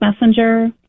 Messenger